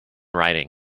writing